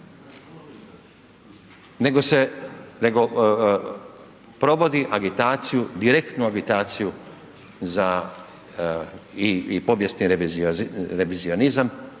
agitira, nego provodi agitaciju, direktnu agitaciju za i povijesni revizionizam